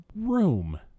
room